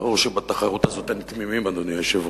ברור שבתחרות הזאת אין תמימים, אדוני היושב-ראש,